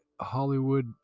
hollywood